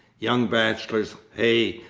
young bachelors, hey!